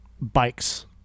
bikes